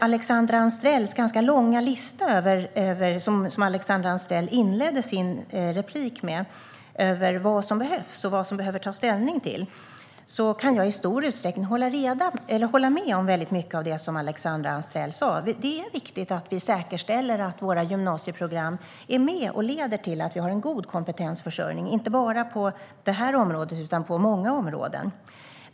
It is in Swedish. Alexandra Anstrell inledde sitt inlägg med en ganska lång lista över vad som behövs och vad man behöver ta ställning till. Jag kan i stor utsträckning hålla med om väldigt mycket av det som Alexandra Anstrell sa. Det är viktigt att vi säkerställer att våra gymnasieprogram är med och leder till att vi har en god kompetensförsörjning, inte bara på det här området utan på många områden.